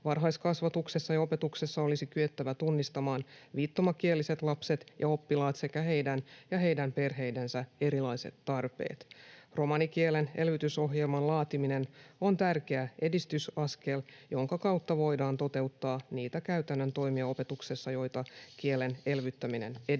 Varhaiskasvatuksessa ja opetuksessa olisi kyettävä tunnistamaan viittomakieliset lapset ja oppilaat sekä heidän perheidensä erilaiset tarpeet. Romanikielen elvytysohjelman laatiminen on tärkeä edistysaskel, jonka kautta voidaan toteuttaa niitä käytännön toimia opetuksessa, joita kielen elvyttäminen edellyttää.